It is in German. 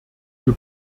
für